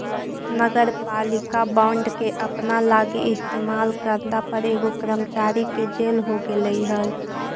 नगरपालिका बॉन्ड के अपना लागी इस्तेमाल करला पर एगो कर्मचारी के जेल हो गेलई हल